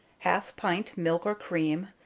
half pint milk or cream,